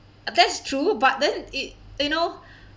that's true but then it you know